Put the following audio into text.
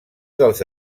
dels